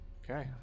okay